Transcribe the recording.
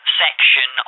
section